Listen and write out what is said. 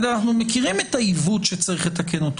אנחנו מכירים את העיוות שצריך לתקן,